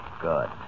Good